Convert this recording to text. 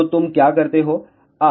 तो तुम क्या करते हो